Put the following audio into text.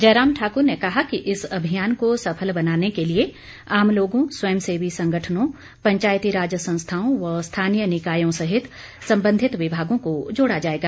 जयराम ठाकुर ने कहा कि इस अभियान को सफल बनाने के लिए आम लोगों स्वयं सेवी संगठनों पंचायतीराज संस्थाओं व स्थानीय निकायों सहित संबंधित विभागों को जोड़ा जाएगा